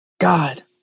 God